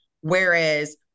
Whereas